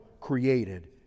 created